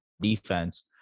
defense